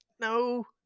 no